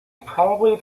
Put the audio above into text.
probably